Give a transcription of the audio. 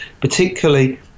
particularly